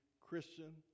Christian